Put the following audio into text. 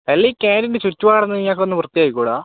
അല്ല ഈ ക്യാൻ്റീനിൻ്റെ ചുറ്റുപാടൊന്ന് ഇയാൾക്കൊന്ന് വൃത്തിയാക്കിക്കൂടെ